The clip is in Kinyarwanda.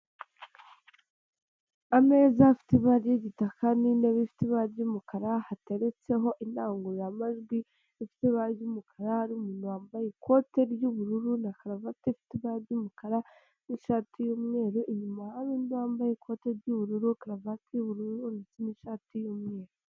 Ameza afite ibara ry’gitaka, n’intebe ifite ibara ry’umukara hateretseho indangururamajwi ifite ibara ry’umukara. Hari umuntu wambaye ikote ry’ubururu na karuvate ifite ibara ry’umukara; ni shati y’umweru inyuma, hariundi wambaye ikote ry’ubururu, karuvati y’ubururu, ndetse n’ishati y’umweru.